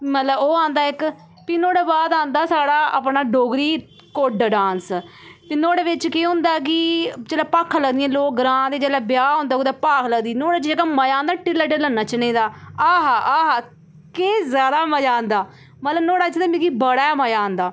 मतलब ओह् आंदा इक भी नुहाड़े बाद आंदा साढ़ा अपना डोगरी कुड्ड डांस ते नुहाड़े बिच केह् होंदा की जेल्लै भाखां लग्गदियां लोग ग्रांंऽ दे जेल्लै ब्याह् होंदा भाख लग्गदी नुहाड़े च जेह्ड़ा मज़ा आंदा नी ढि'ल्ला ढि'ल्ला नच्चने दा आ हा आ हा केह् जादा मज़ा आंदा मतलब नुहाड़े च ते मी बड़ा मज़ा आंदा